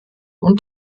und